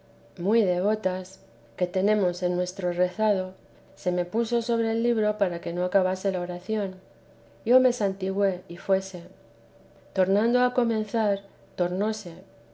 fin del que tenemos en nuestro rezado se me puso sobre el libro para que no acabase la oración yo me santigüé y fuese tornando a comenzar tornóse